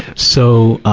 so, um,